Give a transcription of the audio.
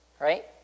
Right